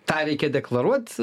tą reikia deklaruot